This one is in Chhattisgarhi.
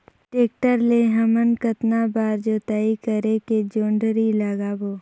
टेक्टर ले हमन कतना बार जोताई करेके जोंदरी लगाबो?